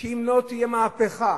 שאם לא תהיה מהפכה